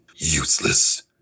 useless